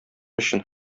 өчен